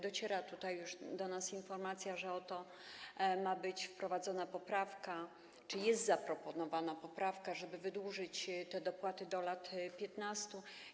Dociera do nas informacja, że oto ma być wprowadzona poprawka czy jest zaproponowana poprawka, żeby wydłużyć te dopłaty do lat 15.